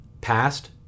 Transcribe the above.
past